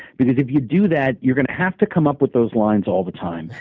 because if you do that, you're going to have to come up with those lines all the time.